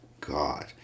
God